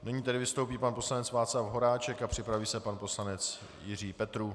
Nyní tedy vystoupí pan poslanec Václav Horáček a připraví se pan poslanec Jiří Petrů.